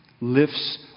lifts